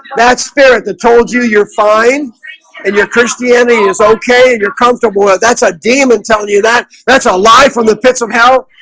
that spirit that told you you're fine and your christianity is okay, you're comfortable ah that's a demon telling you that that's a live from the pits of hell,